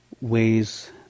ways